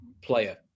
player